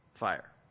fire